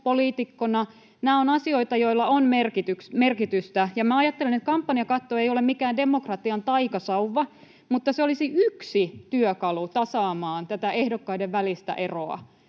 poliitikkona. Nämä ovat asioita, joilla on merkitystä. Ajattelen, että kampanjakatto ei ole mikään demokratian taikasauva, mutta se olisi yksi työkalu tasaamaan tätä ehdokkaiden välistä eroa,